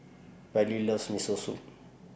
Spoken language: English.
Rylee loves Miso Soup